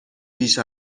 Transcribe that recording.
بیش